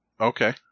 Okay